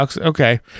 okay